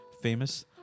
famous